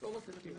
לא מספיקים.